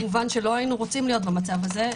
כמובן שלא היינו רוצים להיות במצב הזה,